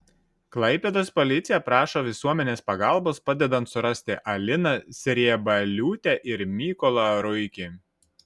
klaipėdos policija prašo visuomenės pagalbos padedant surasti aliną sriebaliūtę ir mykolą ruikį